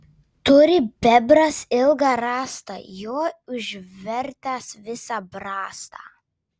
turi bebras ilgą rąstą juo užvertęs visą brastą